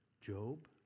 Job